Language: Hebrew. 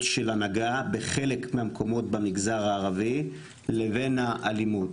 של הנהגה בחלק מהמקומות במגזר הערבי לבין האלימות.